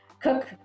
cook